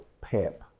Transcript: Pep